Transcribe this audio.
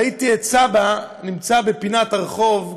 ראיתי את סבא נמצא בפינת הרחוב,